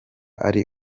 ari